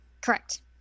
Correct